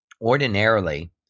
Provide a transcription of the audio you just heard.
ordinarily